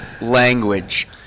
language